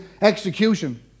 execution